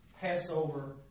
Passover